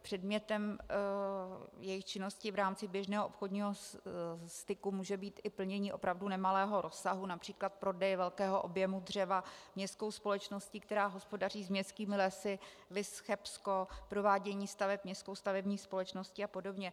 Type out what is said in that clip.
Předmětem jejich činnosti v rámci běžného obchodního styku může být i plnění opravdu nemalého rozsahu, například prodeje velkého objemu dřeva městskou společností, která hospodaří s městskými lesy, viz Chebsko, provádění staveb městskou stavební společností a podobně.